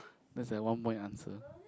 that's a one point answer